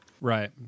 Right